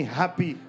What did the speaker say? happy